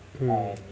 hmm